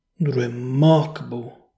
remarkable